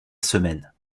semaine